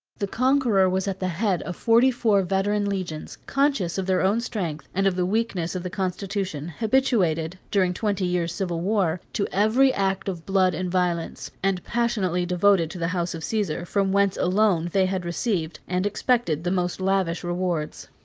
the conqueror was at the head of forty-four veteran legions, conscious of their own strength, and of the weakness of the constitution, habituated, during twenty years' civil war, to every act of blood and violence, and passionately devoted to the house of caesar, from whence alone they had received, and expected the most lavish rewards.